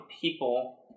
people